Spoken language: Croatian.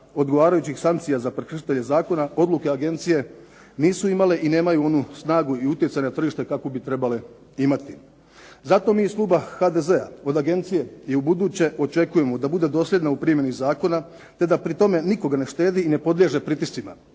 odgovarajućih sankcija za prekršitelje zakona, odluke agencije nisu imale i nemaju onu snagu i utjecaj na tržište kakvo bi trebale imati. Zato mi iz kluba HDZa-a od agencije i ubuduće očekujemo da bude dosljedna u primjeni zakona te da pri tome nikoga ne štedi i ne podliježe pritiscima